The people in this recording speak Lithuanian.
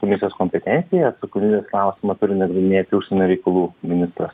komisijos kompetencija atsakomybės klausimą turi nagrinėti užsienio reikalų ministras